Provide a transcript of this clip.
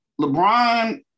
LeBron